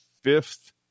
fifth